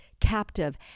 captive